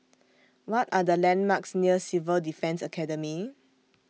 What Are The landmarks near Civil Defence Academy